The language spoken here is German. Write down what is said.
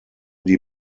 die